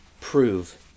prove